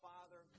Father